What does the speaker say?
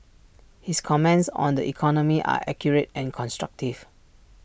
his comments on the economy are accurate and constructive